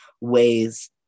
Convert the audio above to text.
ways